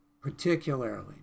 Particularly